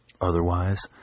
otherwise